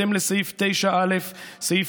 בהתאם לסעיף 9(א)(10)